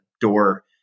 door